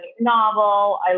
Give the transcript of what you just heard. novel